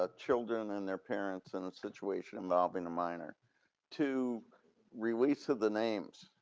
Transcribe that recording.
ah children and their parents and the situation involving a minor to release of the names,